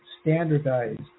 standardized